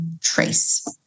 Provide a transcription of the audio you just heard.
trace